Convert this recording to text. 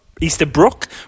Easterbrook